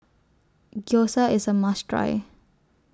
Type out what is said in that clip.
Gyoza IS A must Try